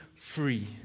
free